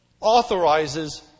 Authorizes